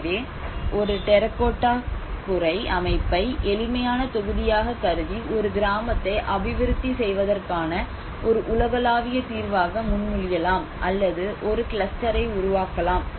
எனவே ஒரு டெரகோட்டா கூரை அமைப்பை எளிமையான தொகுதியாக கருதி ஒரு கிராமத்தை அபிவிருத்தி செய்வதற்கான ஒரு உலகளாவிய தீர்வாக முன்மொழியலாம் அல்லது ஒரு கிளஸ்டரை உருவாக்கலாம்